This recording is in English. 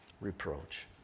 reproach